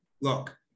look